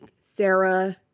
Sarah